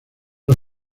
las